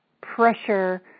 pressure